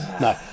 No